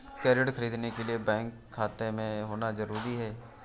क्या ऋण ख़रीदने के लिए बैंक में खाता होना जरूरी है?